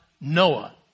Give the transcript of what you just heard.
Noah